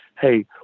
hey